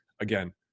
again